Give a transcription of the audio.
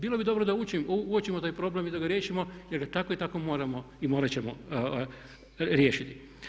Bilo bi dobro da uočimo taj problem i da ga riješimo jer ga tako i tako moramo i morat ćemo riješiti.